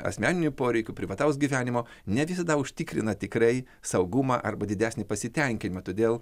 asmeninių poreikių privataus gyvenimo ne visada užtikrina tikrai saugumą arba didesnį pasitenkinimą todėl